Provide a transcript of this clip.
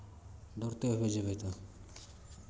दौड़ते हुए जेबै तऽ